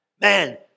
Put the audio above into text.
Man